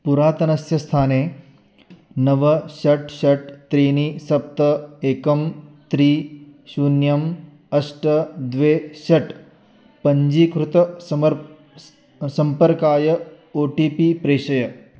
पुरातनस्य स्थाने नव षट् षट् त्रीणि सप्त एकं त्री शून्यम् अष्ट द्वे षट् पञ्चीकृतसमर्प् स् सम्पर्काय ओ टी पी प्रेषय